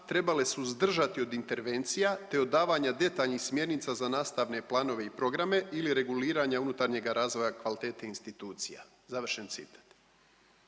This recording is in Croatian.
trebale suzdržati od intervencija, te od davanja detaljnih smjernica za nastavne planove i programe ili reguliranja unutarnjega razvoja kvalitete institucija, završen citat.